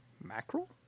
Mackerel